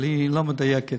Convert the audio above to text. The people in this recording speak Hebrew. אבל היא לא מדייקת,